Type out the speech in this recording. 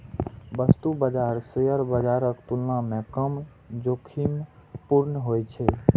वस्तु बाजार शेयर बाजारक तुलना मे कम जोखिमपूर्ण होइ छै